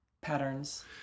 patterns